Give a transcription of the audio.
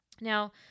Now